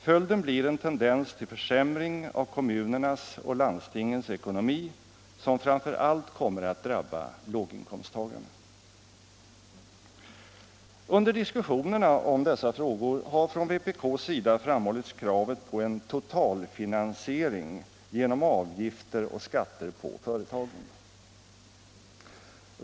Följden blir en tendens till försämring av kommunernas och landstingens ekonomi, som framför allt kommer att drabba låginkomsttagarna. Under diskussionerna om dessa frågor har från vpk:s sida framhållits kravet på en totalfinansiering genom avgifter och skatter på företagen.